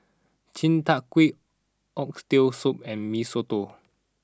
Chi Kak Kuih Oxtail Soup and Mee Soto